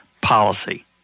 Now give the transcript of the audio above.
policy